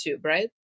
right